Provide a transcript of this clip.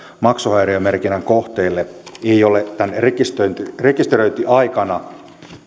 maksuhäiriömerkinnän kohteelle ei ole tämän rekisteröintiaikana